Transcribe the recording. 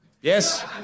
Yes